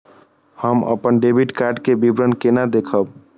हम अपन debit card के विवरण केना देखब?